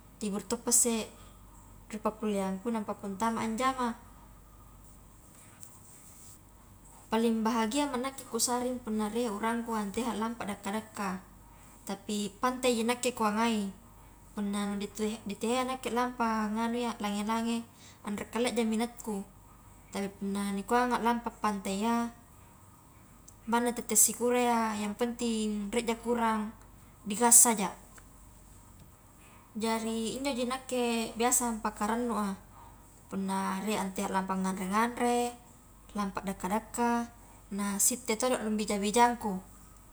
Libur toppa isse ri pakkuliangku napa ku ntama anjama, paling bahagiama nakke kusarring punna rie urangku anteha lampa dakka-daka, tapi pantaiji nakke ku angai puanna nu di tuye, ditehea nakke lampa nganu iya lange-lange anre kaleaja minatku, tpi punna nikuanga lampa pantai iya, manna tette sikura iya yang penting rie ja ku urang di gas saja, jari injoji nakke biasa pakarannua punna rie antea lampa nganre-nganre, lampa dakka-dakka, nah sitte todo rung bija-bijangku.